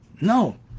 No